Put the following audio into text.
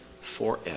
forever